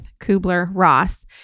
Kubler-Ross